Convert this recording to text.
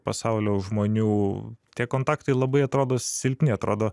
pasaulio žmonių tie kontaktai labai atrodo silpni atrodo